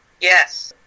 Yes